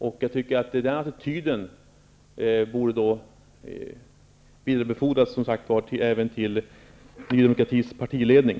Den attityden borde, som sagt var, vidarebefordras även till Ny demokratis partiledning.